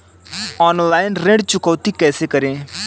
Online ऋण चुकौती कैसे करें?